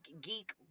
geek